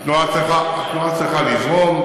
התנועה צריכה לזרום.